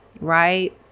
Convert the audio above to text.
right